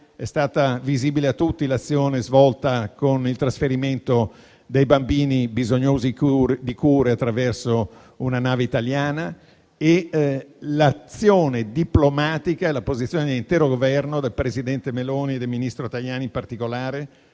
è stata visibile a tutti l'azione svolta con il trasferimento dei bambini bisognosi di cure attraverso una nave italiana e l'azione diplomatica, la posizione dell'intero Governo, del presidente Meloni e del ministro Tajani in particolare,